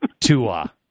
Tua